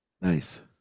Nice